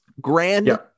Grand